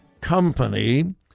company